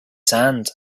sand